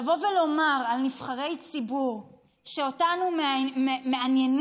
לבוא ולומר על נבחרי ציבור שאותנו מעניינים